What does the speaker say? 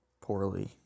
poorly